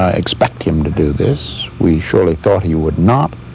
ah expect him to do this. we surely thought he would not,